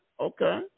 okay